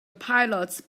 pilots